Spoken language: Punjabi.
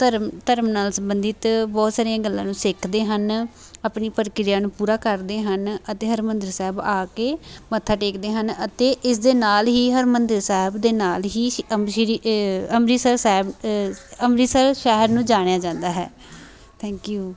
ਧਰਮ ਧਰਮ ਨਾਲ ਸੰਬੰਧਿਤ ਬਹੁਤ ਸਾਰੀਆਂ ਗੱਲਾਂ ਨੂੰ ਸਿੱਖਦੇ ਹਨ ਆਪਣੀ ਪ੍ਰਕਿਰਿਆ ਨੂੰ ਪੂਰਾ ਕਰਦੇ ਹਨ ਅਤੇ ਹਰਿਮੰਦਰ ਸਾਹਿਬ ਆ ਕੇ ਮੱਥਾ ਟੇਕਦੇ ਹਨ ਅਤੇ ਇਸ ਦੇ ਨਾਲ ਹੀ ਹਰਿਮੰਦਰ ਸਾਹਿਬ ਦੇ ਨਾਲ ਹੀ ਸ਼ੀ ਅਮ ਸ਼੍ਰੀ ਅੰਮ੍ਰਿਤਸਰ ਸਾਹਿਬ ਅੰਮ੍ਰਿਤਸਰ ਸ਼ਹਿਰ ਨੂੰ ਜਾਣਿਆ ਜਾਂਦਾ ਹੈ ਥੈਂਕ ਯੂ